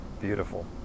Beautiful